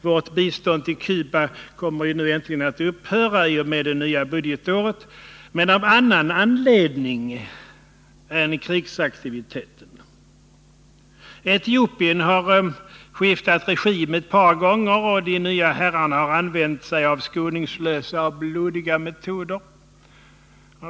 Vårt bistånd till Cuba kommer nu äntligen att upphöra i och med det nya budgetåret — men av annan anledning än krigsaktiviteten. Etiopien har skiftat regim ett par gånger, och de nya herrarna har använt sig av skoningslösa och blodiga metoder.